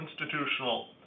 institutional